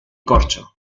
corcho